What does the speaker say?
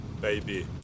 baby